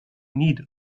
need